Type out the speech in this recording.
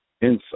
insight